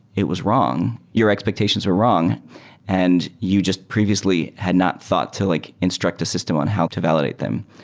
it was wrong. your expectations were wrong and you just previously had not thought to like instruct the system on how to validate them.